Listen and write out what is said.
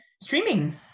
streaming